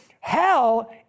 hell